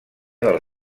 del